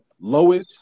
lowest